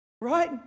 right